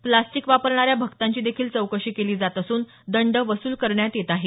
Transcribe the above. plastic वापरणाऱ्या भक्तांची देखील चौकशी केली जात असून दंड वसूल करण्यात येत आहे